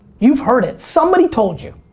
you've heard it. somebody told you.